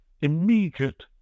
immediate